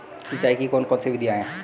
सिंचाई की कौन कौन सी विधियां हैं?